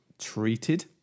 treated